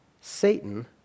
Satan